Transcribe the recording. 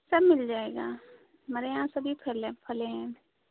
सब मिल जाएगा हमारे यहाँ सभी फल हैं फल हैं